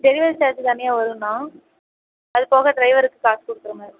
delivery charge தனியாக வரும்ண்ணா அது போக ட்ரைவருக்கு காசு கொடுக்குற மாதிரி இருக்கும்